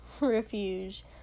refuge